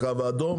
הקו האדום,